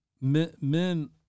Men